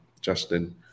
Justin